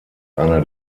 einer